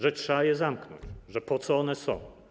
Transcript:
Że trzeba je zamknąć, że po co one są.